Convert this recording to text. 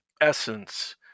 essence